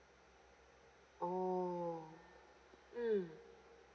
oh mm